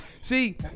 See